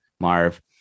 Marv